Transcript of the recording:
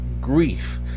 grief